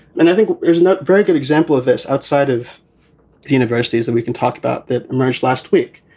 and i think it's not very good example of this outside of the universities that we can talk about that emerged last week.